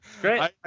Great